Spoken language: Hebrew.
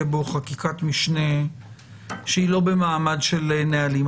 בו חקיקת משנה שהיא לא במעמד של נהלים.